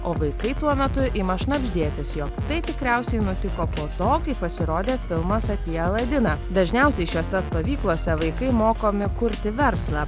o vaikai tuo metu ima šnabždėtis jog tai tikriausiai nutiko po to kai pasirodė filmas apie aladiną dažniausiai šiose stovyklose vaikai mokomi kurti verslą